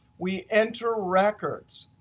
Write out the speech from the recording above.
we enter records.